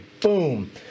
boom